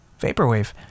Vaporwave